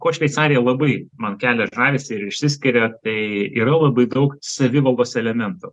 kuo šveicarija labai man kelia žavesį ir išsiskiria tai yra labai daug savivaldos elementų